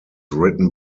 written